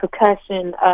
percussion